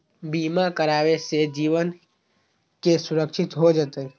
बीमा करावे से जीवन के सुरक्षित हो जतई?